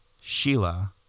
Sheila